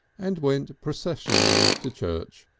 and went processionally to church,